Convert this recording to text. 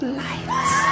lights